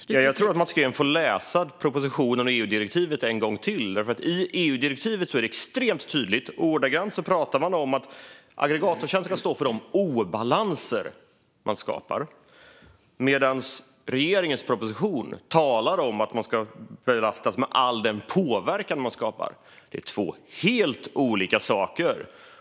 Fru talman! Jag tror att Mats Green får läsa propositionen och EU-direktivet en gång till, för i EU-direktivet är det extremt tydligt: Man skriver ordagrant att aggregatortjänster ska stå för de obalanser de skapar. Men i regeringens proposition står det att de ska belastas med all påverkan de skapar. Det är två helt olika saker.